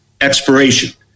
expiration